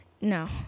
No